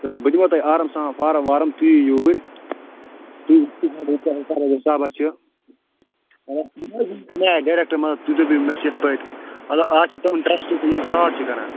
تہٕ بہٕ دِمو تۄہہِ آرام سان فارم وارم تُہۍ یِیِو یوٗرۍ تُہۍ وُچھِو اتھ کیٛاہ حِسابا چھِ ڈارٮ۪کٹہٕ ما تُہۍ دٔپِو مےٚ چھِ یِتھٕ پٲٹھۍ مطلب اَز چھِ تِم ٹرٛسٹہٕ تہِ یِم فرٛاڈ چھِ کَران